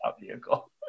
vehicle